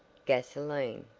gasoline!